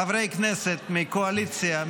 חברי כנסת מהקואליציה,